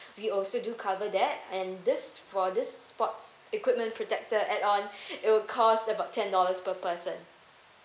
we also do cover that and this for this sports equipment protector add on it will cost about ten dollars per person